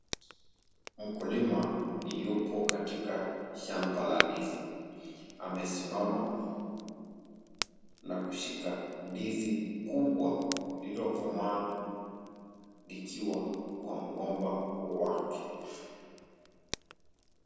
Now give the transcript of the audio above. Mkulima ni yopo katika shamba la ndizi. Amesimama na kushika ndizi kubwa lililokomaa likiwa kwa mgomba wake.